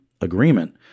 agreement